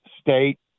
State